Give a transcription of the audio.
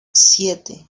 siete